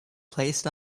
placed